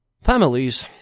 Families